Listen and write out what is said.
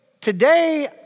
today